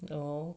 oh